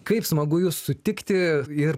kaip smagu jus sutikti ir